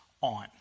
on